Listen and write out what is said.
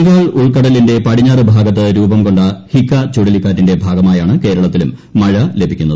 ബംഗാൾ ഉൾക്കടലിന്റെ പടിഞ്ഞാറ് ഭാഗത്ത് രൂപം കൊണ്ട ഹിക്ക ചുഴലിക്കാറ്റിന്റെ ഭാഗമായാണ് കേരളത്തിലും മഴ ലഭിക്കുന്നത്